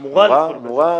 אמורה.